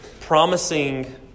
promising